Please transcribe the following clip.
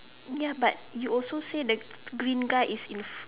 ya but you also say the green guy is in